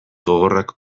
gogorrak